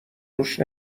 روش